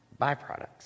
byproducts